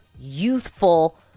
youthful